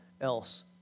else